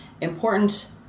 important